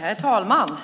Herr talman!